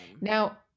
Now